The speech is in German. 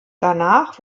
danach